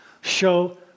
Show